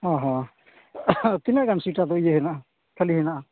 ᱚᱼᱦᱚ ᱛᱤᱱᱟᱹᱜ ᱜᱟᱱ ᱥᱤᱴ ᱟᱫᱚ ᱤᱭᱟᱹ ᱦᱮᱱᱟᱜᱼᱟ ᱠᱷᱟᱹᱞᱤ ᱦᱮᱱᱟᱜᱼᱟ